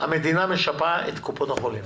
המדינה משפה את קופות החולים.